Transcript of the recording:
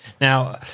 Now